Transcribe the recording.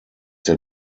der